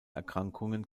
erkrankungen